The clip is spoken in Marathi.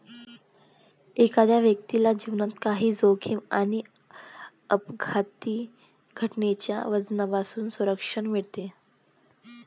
एखाद्या व्यक्तीला जीवनात काही जोखीम आणि अपघाती घटनांच्या वजनापासून संरक्षण मिळते